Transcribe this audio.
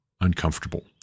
uncomfortable